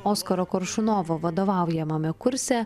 oskaro koršunovo vadovaujamame kurse